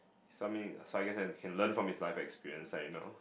so I mean so I guess I can learn from his life experience you know